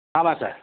ஆமாம் சார்